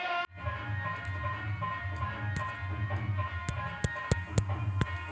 Sonalika agriculture माध्यम से अच्छा होता है या ख़राब होता है?